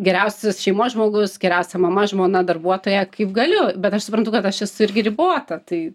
geriausias šeimos žmogus geriausia mama žmona darbuotoja kaip galiu bet aš suprantu kad aš esu irgi ribota tai